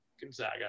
Gonzaga